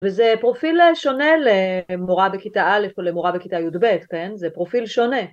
וזה פרופיל שונה למורה בכיתה א' ולמורה בכיתה י"ב, זה פרופיל שונה